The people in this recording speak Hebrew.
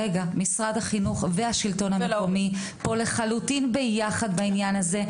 משרד החינוך והשלטון המקומי לחלוטין ביחד בעניין הזה.